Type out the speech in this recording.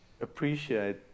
appreciate